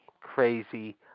crazy